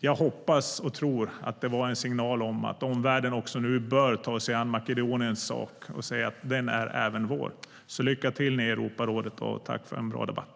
Jag hoppas och tror att det var en signal om att omvärlden nu bör ta sig an Makedoniens sak och säga att den är även vår. Lycka till med Europarådet och tack för en bra debatt!